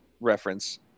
reference